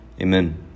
Amen